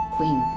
Queen